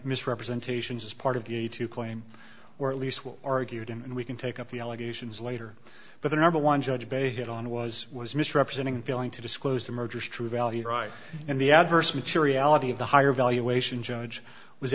misrepresentations is part of the a to claim or at least will argued and we can take up the allegations later but the number one judge based it on was was misrepresenting failing to disclose the merger is true value right and the adverse materiality of the higher valuation judge was